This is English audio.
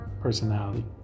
personality